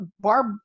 Barb